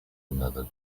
another